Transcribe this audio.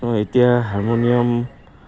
এতিয়া হাৰমনিয়াম